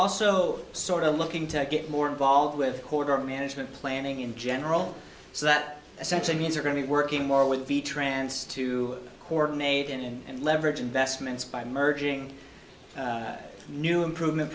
also sort of looking to get more involved with quarter management planning in general so that essentially means we're going to be working more with the trance to coordinate and leverage investments by merging new improvement